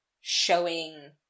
showing